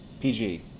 PG